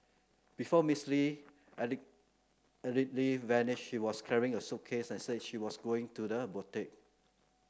before Ms Li allegedly vanished she was carrying a suitcase and said she was going to the boutique